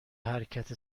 حرکت